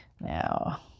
now